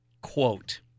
quote